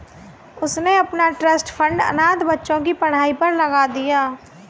उसने अपना trust fund अनाथ बच्चों की पढ़ाई पर लगा दिया